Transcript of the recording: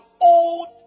old